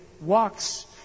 walks